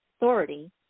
authority